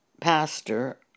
pastor